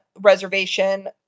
Reservation